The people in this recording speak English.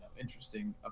interesting